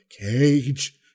Cage